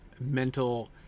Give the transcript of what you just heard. mental